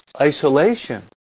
isolation